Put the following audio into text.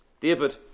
David